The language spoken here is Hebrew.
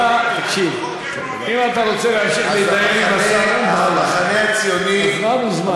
אם אתה רוצה להמשיך להתדיין עם השר, הזמן הוא זמן.